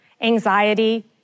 anxiety